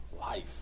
life